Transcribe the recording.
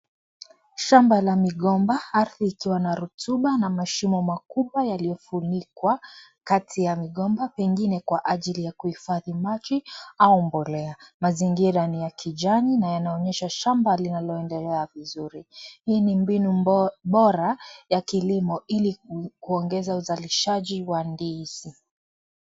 Shamba la migomba, ardhi ikiwa na rutuba na mashimo makubwa yaliyofunikwa kati ya migomba, pengine kwa ajili ya kuhifadhi maji au mbolea. Mazingira ni ya kijani na yanaonyesha shamba linaloendelea vizuri. Hii ni mbinu bora ya kilimo ili kuongeza uzalishaji wa ndizi.